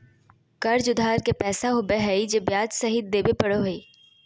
कर्ज उधार के पैसा होबो हइ जे ब्याज सहित देबे पड़ो हइ